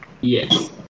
Yes